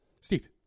Steve